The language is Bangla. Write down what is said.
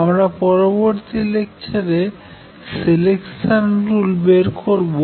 আমরা পরবর্তী লেকচারে সেলেকশান রুল বের করবো